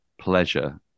pleasure